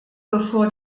bevor